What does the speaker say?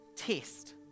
test